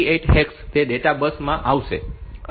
તેથી 78 હેક્સ તે data bus માં આવે છે